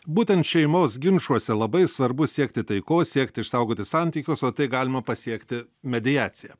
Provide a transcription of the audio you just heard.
būtent šeimos ginčuose labai svarbu siekti taikos siekti išsaugoti santykius o tai galima pasiekti mediacija